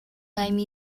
ram